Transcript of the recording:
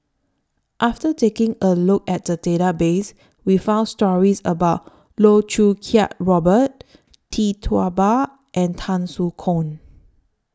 after taking A Look At The Database We found stories about Loh Choo Kiat Robert Tee Tua Ba and Tan Soo Khoon